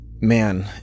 man